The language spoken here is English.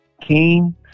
King